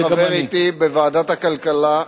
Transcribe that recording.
חבר אתי בוועדת הכלכלה,